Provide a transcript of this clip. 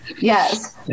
yes